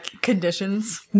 conditions